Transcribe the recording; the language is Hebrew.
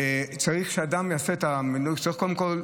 צריך שאדם יעשה --- קודם כול,